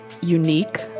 unique